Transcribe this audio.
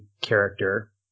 character